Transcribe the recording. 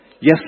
Yes